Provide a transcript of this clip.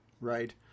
right